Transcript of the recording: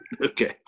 Okay